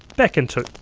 back in two!